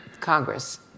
Congress